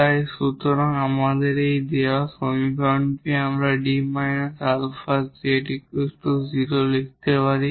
তাই সুতরাং আমাদের এই দেওয়া সমীকরণটি আমরা 𝐷 𝛼z 0 লিখতে পারি